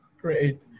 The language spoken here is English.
great